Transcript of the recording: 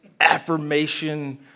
affirmation